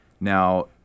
Now